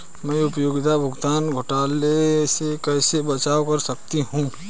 मैं उपयोगिता भुगतान घोटालों से कैसे बचाव कर सकता हूँ?